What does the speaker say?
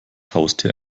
haustier